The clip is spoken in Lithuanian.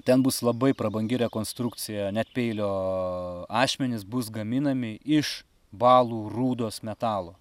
ten bus labai prabangi rekonstrukcija net peilio ašmenys bus gaminami iš balų rūdos metalo